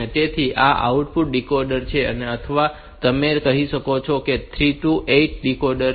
તેથી આ 8 output decoder છે અથવા તમે કહી શકો કે તે 3 થી 8 ડીકોડર છે